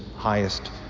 highest